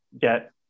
get